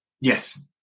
Yes